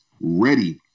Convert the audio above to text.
ready